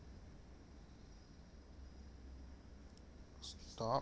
stop